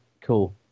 cool